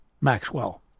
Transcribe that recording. Maxwell